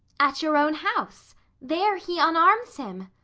at your own house there he unarms him.